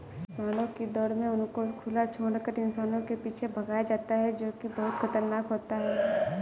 सांडों की दौड़ में उनको खुला छोड़कर इंसानों के पीछे भगाया जाता है जो की बहुत खतरनाक होता है